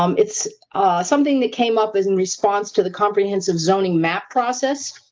um it's something that came up, is in response to the comprehensive zoning map process.